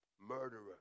murderer